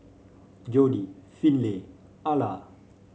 Jordi Finley Ala